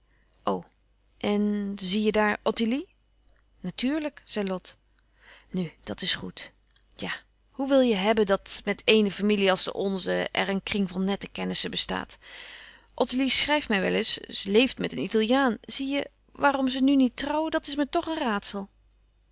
en zie je daar ottilie natuurlijk zei lot nu dat is goed ja hoe wil je hebben dat met eene familie als de onze er een kring van nette kennissen bestaat ottilie schrijft mij wel eens ze leeft met een italiaan zie je waarom ze nu niet trouwen dat is me toch een raadsel